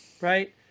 right